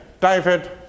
David